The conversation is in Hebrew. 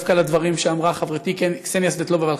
דווקא לדברים שאמרה חברתי קסניה סבטלובה,